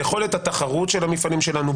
ביכולת התחרות של המפעלים שלנו,